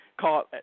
Call